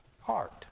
heart